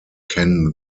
can